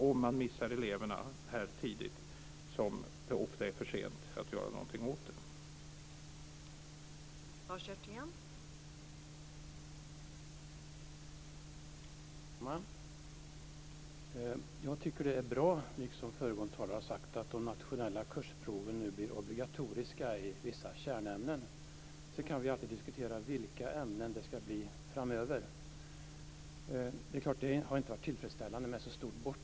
Om man missar eleverna så tidigt är det ofta för sent att göra någonting åt det senare.